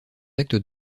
actes